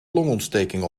longontsteking